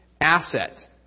asset